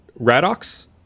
Radox